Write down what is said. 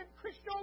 Christian